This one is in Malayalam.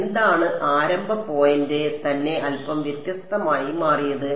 എന്താണ് ആരംഭ പോയിന്റ് തന്നെ അൽപ്പം വ്യത്യസ്തമായി മാറിയത്